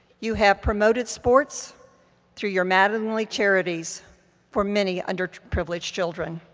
you have promoted sports through your mattingly charities for many underprivileged children.